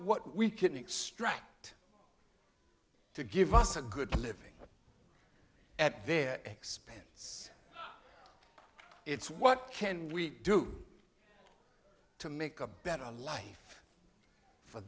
what we can extract to give us a good living at their expense it's what can we do to make a better life for